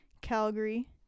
calgary